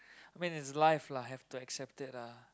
I mean it's life lah have to accept it lah